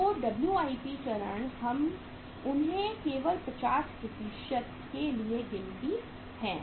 तो WIP चरण हम उन्हें केवल 50 के लिए गिनते हैं